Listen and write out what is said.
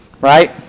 Right